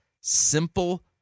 simple